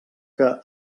que